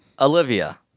Olivia